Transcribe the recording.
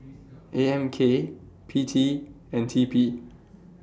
A M K P T and T P